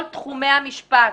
תחומי המשפט.